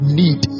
need